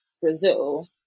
Brazil